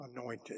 anointed